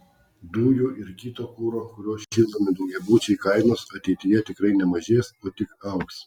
dujų ir kito kuro kuriuo šildomi daugiabučiai kainos ateityje tikrai nemažės o tik augs